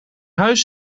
huis